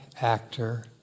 actor